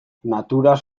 naturaz